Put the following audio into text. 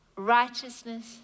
Righteousness